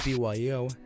BYO